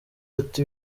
ati